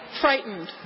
frightened